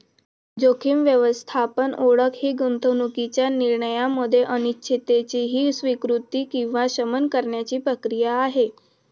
जोखीम व्यवस्थापन ओळख ही गुंतवणूकीच्या निर्णयामध्ये अनिश्चिततेची स्वीकृती किंवा शमन करण्याची प्रक्रिया आहे